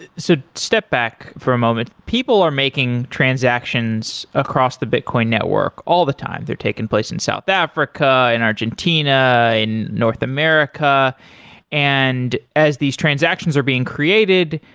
so step back for a moment. people are making transactions across the bitcoin network all the time. they're taking place in south africa, in argentina, in north america and as these transactions are being created,